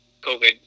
COVID